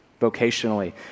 vocationally